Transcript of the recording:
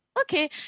okay